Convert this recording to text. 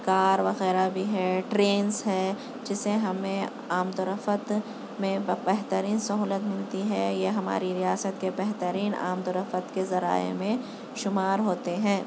کار وغیرہ بھی ہیں ٹرینس ہے جسے ہمیں آمدورفت میں بہترین سہولت ملتی ہے یا ہماری ریاست کے بہترین آمدورفت کے ذرائع میں شمار ہوتے ہیں